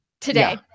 today